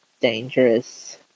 dangerous